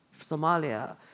Somalia